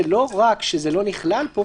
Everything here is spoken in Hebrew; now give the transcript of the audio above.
שלא רק שזה לא נכלל פה,